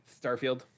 Starfield